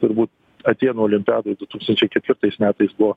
turbūt atėnų olimpiadoj du tūkstančiai ketvirtais metais buvo